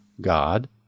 God